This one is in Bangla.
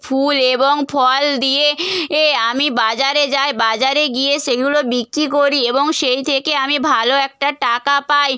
ফুল এবং ফল দিয়ে এ আমি বাজারে যাই বাজারে গিয়ে সেগুলো বিক্রি করি এবং সেই থেকে আমি ভালো একটা টাকা পাই